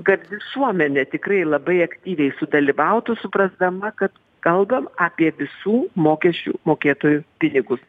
kad visuomenė tikrai labai aktyviai sudalyvautų suprasdama kad kalbam apie visų mokesčių mokėtojų pinigus